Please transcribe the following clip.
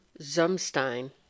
zumstein